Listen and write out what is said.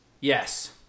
Yes